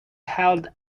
held